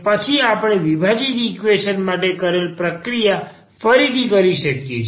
પછી આપણે વિભાજીત ઈકવેશન માટે કરેલ પ્રક્રિયા ફરીથી કરી શકીએ છે